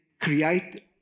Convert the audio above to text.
create